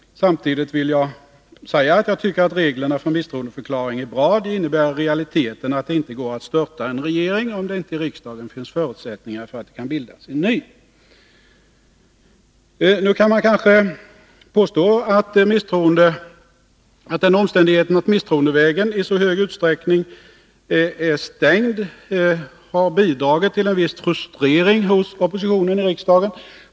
Samtidigt vill jag säga att jag tycker att reglerna för misstroendeförklaring är bra. De innebär i realiteten att det inte går att störta en regering, om det inte i riksdagen finns förutsättningar för att det kan bildas en ny. Att misstroendevägen i så hög utsträckning är stängd har dock kanske bidragit till en viss frustrering hos oppositionen i riksdagen.